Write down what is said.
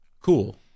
cool